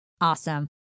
Awesome